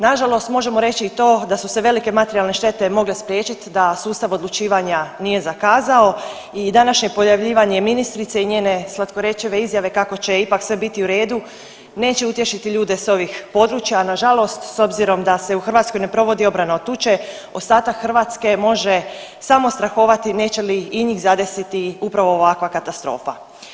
Nažalost, možemo reći i to da su se velike materijalne štete mogle spriječit da sustav odlučivanja nije zakazao i današnje pojavljivanje ministrice i njene slatkorječive izjave kako će ipak sve biti u redu neće utješiti ljude s ovih područja, a nažalost s obzirom da se u Hrvatskoj ne provodi obrana od tuče ostatak Hrvatske može samo strahovati neće li i njih zadesiti upravo ovakva katastrofa.